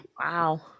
Wow